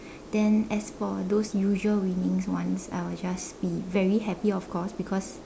then as for those usual winning ones I will just be very happy of course because